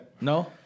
No